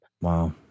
Wow